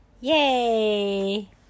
Yay